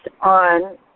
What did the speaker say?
on